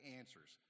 answers